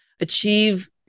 achieve